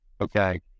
okay